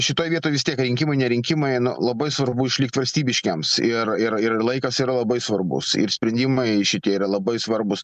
šitoj vietoj vis tiek rinkimai ne rinkimai nu labai svarbu išlikt valstybiškiems ir ir ir laikas yra labai svarbus ir sprendimai šitie yra labai svarbūs